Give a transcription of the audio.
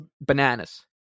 bananas